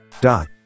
dot